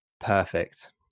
Perfect